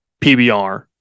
PBR